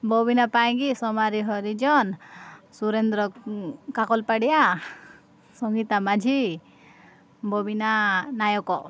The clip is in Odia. ବୋବିନା ପାଇଙ୍ଗି ସୋମାରି ହରିଜନ ସୁରେନ୍ଦ୍ର କାକଲପାଡ଼ିଆ ସଙ୍ଗୀତା ମାଝି ବବିନା ନାୟକ